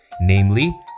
namely